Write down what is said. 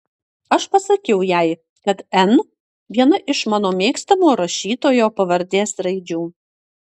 aš pasakiau jai kad n viena iš mano mėgstamo rašytojo pavardės raidžių